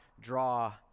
draw